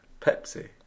Pepsi